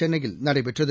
சென்னையில் நடைபெற்றது